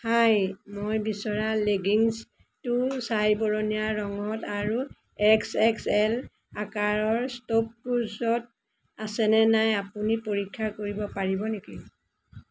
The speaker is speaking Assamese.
হাই মই বিচৰা লেগিংছটো ছাইবৰণীয়া ৰঙত আৰু এক্স এক্স এল আকাৰৰ ষ্টপক্লুজত আছেনে নাই আপুনি পৰীক্ষা কৰিব পাৰিব নেকি